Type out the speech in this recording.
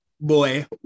boy